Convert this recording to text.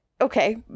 Okay